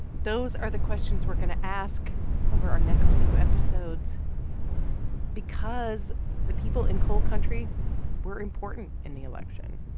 those are the questions we're going to ask over our next few episodes because the people in coal country were important in the election,